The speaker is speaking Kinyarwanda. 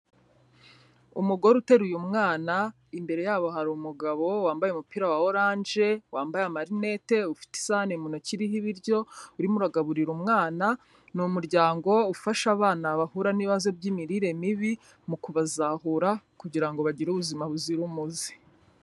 Umugore uteruye umwana imbere yabo hari umugabo wambaye umupira wa oranje, wambaye amarinete, ufite isane mu ntoki iriho ibiryo urimo uraragaburira umwana. Ni umuryango ufasha abana bahura n'ibibazo by'imirire mibi mu kubazahura kugira ngo bagire ubuzima buzira umuze.